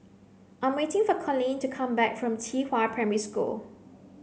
I'm waiting for Coleen to come back from Qihua Primary School